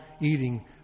eating